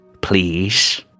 please